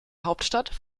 hauptstadt